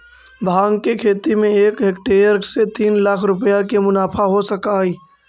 भाँग के खेती में एक हेक्टेयर से तीन लाख रुपया के मुनाफा हो सकऽ हइ